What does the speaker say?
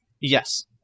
Yes